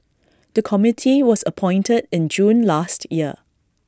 the committee was appointed in June last year